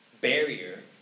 barrier